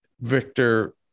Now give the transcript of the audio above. Victor